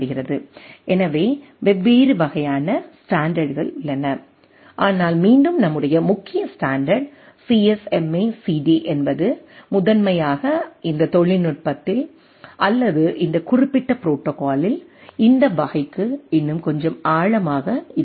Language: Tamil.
எனவே வெவ்வேறு வகையான ஸ்டாண்டர்டுகள் உள்ளன ஆனால் மீண்டும் நம்முடைய முக்கிய ஸ்டாண்டர்டு சிஎஸ்எம்ஏ சிடி என்பது முதன்மையாக இந்த தொழில்நுட்பத்தில் அல்லது இந்த குறிப்பிட்ட ப்ரோடோகாலில் இந்த வகைக்கு இன்னும் கொஞ்சம் ஆழமாக இருக்கும்